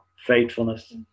faithfulness